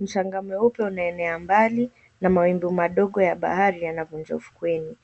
Mchanga mweupe unaenea mbali na mawimbi madogo ya bahari yanavunja ufukweni.